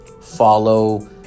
follow